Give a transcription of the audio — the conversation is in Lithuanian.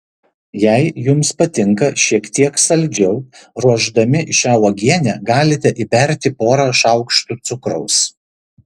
jei jums patinka šiek tiek saldžiau ruošdami šią uogienę galite įberti porą šaukštų cukraus